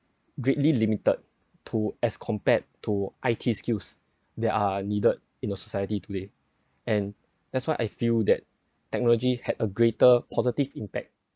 greatly limited to as compared to I_T skills that are needed in a society today and that's why I feel that technology had a greater positive impact